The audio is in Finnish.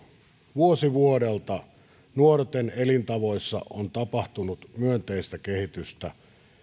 vuosi vuodelta nuorten elintavoissa on tapahtunut myönteistä kehitystä